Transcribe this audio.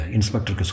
Inspector